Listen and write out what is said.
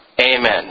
Amen